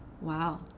Wow